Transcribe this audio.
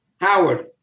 Howard